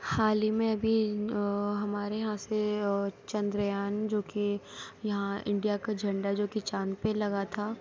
حال ہی میں ابھی وہ ہمارے یہاں سے چندریان جوکہ یہاں انڈیا کا جھنڈا جو کہ چاند پہ لگا تھا